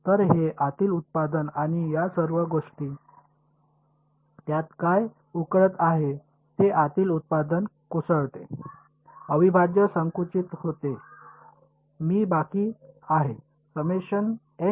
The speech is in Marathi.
तर हे आतील उत्पादन आणि या सर्व गोष्टी त्यात काय उकळत आहे हे आतील उत्पादन कोसळते अविभाज्य संकुचित होते मी बाकी आहे